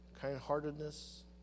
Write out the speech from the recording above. kindheartedness